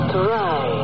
try